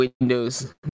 windows